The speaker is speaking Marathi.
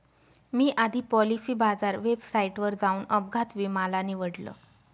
मी आधी पॉलिसी बाजार वेबसाईटवर जाऊन अपघात विमा ला निवडलं